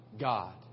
God